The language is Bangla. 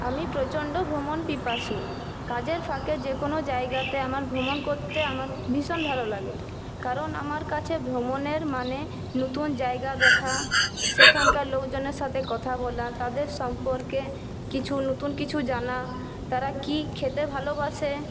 আমি প্রচণ্ড ভ্রমণপিপাসু কাজের ফাঁকে যে কোনো জায়গাতে আমার ভ্রমণ করতে আমার ভীষণ ভালো লাগে কারণ আমার কাছে ভ্রমণের মানে নতুন জায়গা দেখা সেখানকার লোকজনের সাথে কথা বলা তাদের সম্পর্কে কিছু নতুন কিছু জানা তারা কী খেতে ভালোবাসে